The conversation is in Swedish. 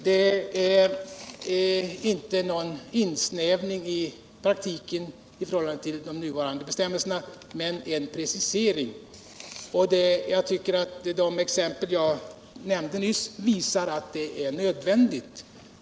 Det innebär i praktiken inte någon insnävning i förhållande till de nuvarande bestämmelserna, utan det innebär en precisering.